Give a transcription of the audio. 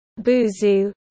Buzu